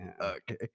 Okay